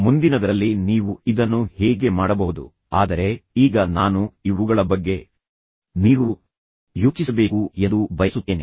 ಮುಂದಿನದರಲ್ಲಿ ನೀವು ಇದನ್ನು ಹೇಗೆ ಮಾಡಬಹುದು ಎಂಬುದನ್ನು ನಾವು ನೋಡುತ್ತೇವೆ ಆದರೆ ಈಗ ನಾನು ಇವುಗಳ ಬಗ್ಗೆ ನೀವು ಯೋಚಿಸಬೇಕು ಎಂದು ಬಯಸುತ್ತೇನೆ